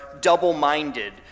double-minded